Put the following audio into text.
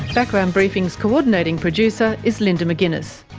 background briefing's coordinating producer is linda mcginness,